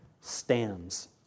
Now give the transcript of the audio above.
stands